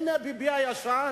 והנה ביבי הישן